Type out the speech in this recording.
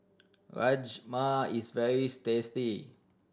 rajma is very tasty